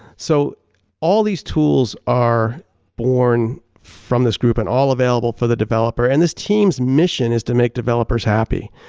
so all these tools are born from this group and all available for the developer and this team's mission is to make developers happy.